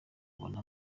ubona